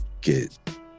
get